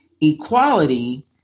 Equality